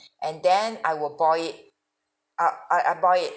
and then I will boil it uh I I boil it